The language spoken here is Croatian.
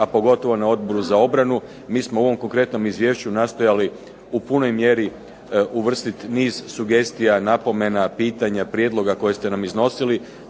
a pogotovo na Odboru za obranu. Mi smo u ovom konkretnom izvješću nastojali u punoj mjeri uvrstiti niz sugestija, napomena, pitanja, prijedloga koje ste nam iznosili